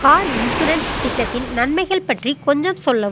car insurance திட்டத்தின் நன்மைகள் பற்றி கொஞ்சம் சொல்லவும்